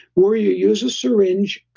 where you use a syringe,